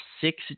six